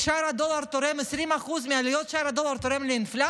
כי שער הדולר תורם 20% מעליות שער הדולר לאינפלציה,